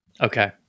Okay